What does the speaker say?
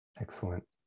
Excellent